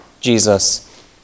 Jesus